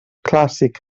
clàssic